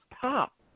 pop